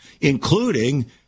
including